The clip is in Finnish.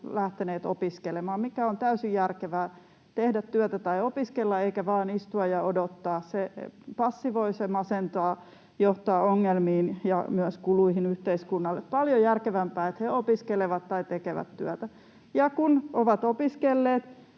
lähteneet opiskelemaan, mikä on täysin järkevää: tehdä työtä tai opiskella eikä vain istua ja odottaa, mikä passivoi, masentaa, johtaa ongelmiin ja myös kuluihin yhteiskunnalle. Paljon järkevämpää on, että he opiskelevat tai tekevät työtä. Ja kun ovat opiskelleet,